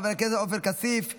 חבר הכנסת עופר כסיף,